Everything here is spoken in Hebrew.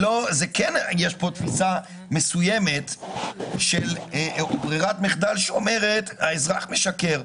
יש פה תפיסה מסוימת של ברירת מחדל שאומרת שהאזרח משקר.